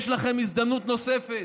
יש לכם הזדמנות נוספת.